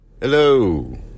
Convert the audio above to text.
Hello